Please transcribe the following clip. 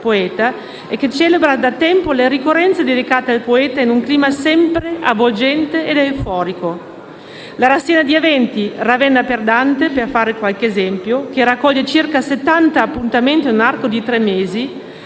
La rassegna di eventi «Ravenna per Dante», per fare qualche esempio, che raccoglie circa settanta appuntamenti nell'arco di tre mesi,